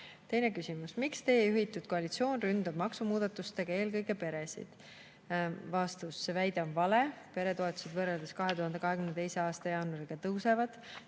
Teine küsimus: "Miks Teie juhitud koalitsioon ründab maksumuudatustega eelkõige peresid?" Vastus. See väide on vale, peretoetused võrreldes 2022. aasta jaanuariga tõusevad.